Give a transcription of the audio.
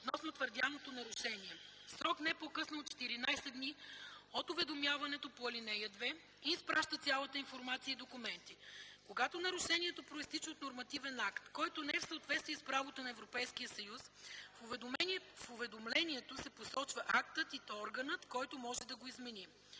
относно твърдяното нарушение, в срок не по-късно от 14 дни от уведомяването по ал. 2 и изпраща цялата информация и документи. Когато нарушението произтича от нормативен акт, който не е в съответствие с правото на Европейския съюз, в уведомлението се посочва актът и органът, който може да го измени.